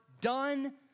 done